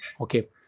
Okay